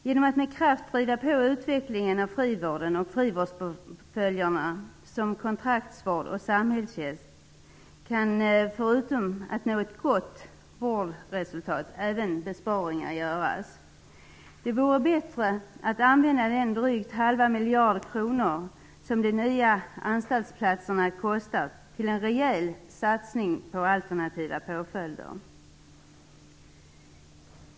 Genom att med kraft driva på utvecklingen av frivården och frivårdspåföljderna, som kontraktsvård och samhällstjänst, kan man nå ett gott vårdresultat och även göra besparingar. Det vore bättre att använda de drygt halv miljard kronor som de nya anstaltsplatserna kostar till en rejäl satsning på alternativa påföljder.